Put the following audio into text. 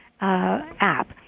app